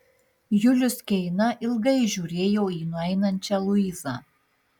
julius keina ilgai žiūrėjo į nueinančią luizą